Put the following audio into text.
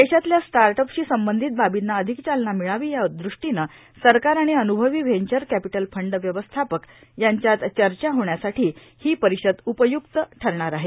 देशातल्या स्टार्ट अपशी संबंधित बाबींना अधिक चालना मिळावी या ृष्टीने सरकार आणि अनुभवी व्हेंचर कॅपिटल फंड व्यवस्थापक यांच्यात चर्चा होण्यासाठी ही परिषद उपय्क्त ठरणार आहे